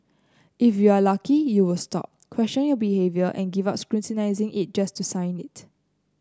if you're lucky you'll stop question your behaviour and give up scrutinising it to just sign it